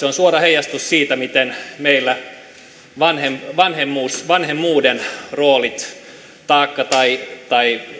on suora heijastus siitä miten meillä vanhemmuuden vanhemmuuden taakka tai